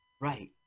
Right